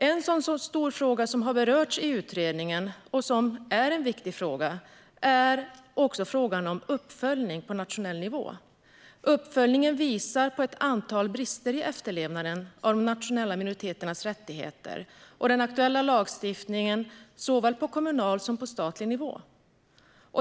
En stor och viktig fråga som har berörts i utredningen är den om uppföljning på nationell nivå. Uppföljningen visar på ett antal brister i efterlevnaden av de nationella minoriteternas rättigheter och den aktuella lagstiftningen, såväl på kommunal som på statlig nivå.